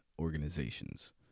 Organizations